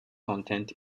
content